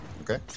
Okay